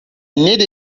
need